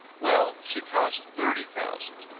well, she cost thirty thousand.